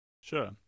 Sure